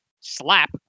slap